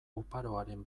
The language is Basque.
oparoaren